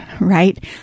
right